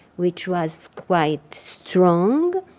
which was quite strong,